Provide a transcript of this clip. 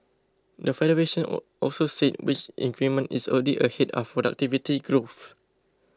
the Federation also said wage increment is already ahead of productivity growth